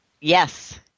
Yes